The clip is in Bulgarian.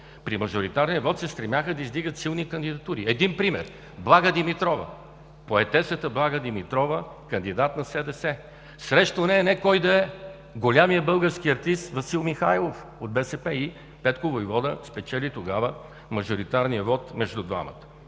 при мажоритарния вот се стремяха да издигат силни кандидатури. Един пример: поетесата Блага Димитрова, кандидат на СДС. Срещу нея не кой да е, а големият български артист Васил Михайлов от БСП. И Петко войвода спечели тогава мажоритарния вот между двамата.